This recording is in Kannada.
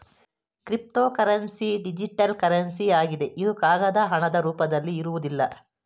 ಕ್ರಿಪ್ತೋಕರೆನ್ಸಿ ಡಿಜಿಟಲ್ ಕರೆನ್ಸಿ ಆಗಿದೆ ಇದು ಕಾಗದ ಹಣದ ರೂಪದಲ್ಲಿ ಇರುವುದಿಲ್ಲ